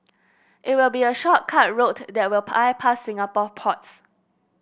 it will be a shortcut route that will bypass Singapore ports